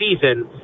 season